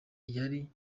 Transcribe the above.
yari